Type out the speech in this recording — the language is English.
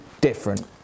different